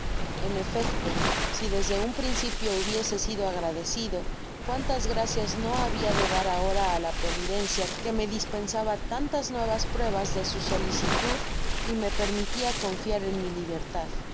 en efecto si desde un principio hubiese sido agradecido cuántas gracias no babia de dar ahora á la providencia que me dispensaba tantas nuevas pruebas de su solicitud y me permitia confiar en mi libertad